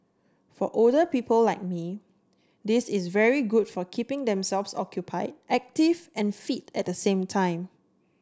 for older people like me this is very good for keeping themselves occupy active and fit at the same time